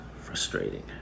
Frustrating